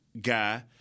guy